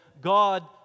God